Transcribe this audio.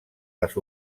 les